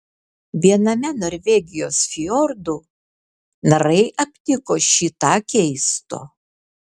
viename norvegijos fjordų narai aptiko šį tą keisto